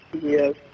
Yes